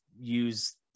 use